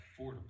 affordable